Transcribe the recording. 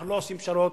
אנחנו לא עושים פשרות,